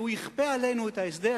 שהוא יכפה עלינו את ההסדר,